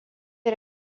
yra